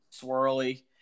swirly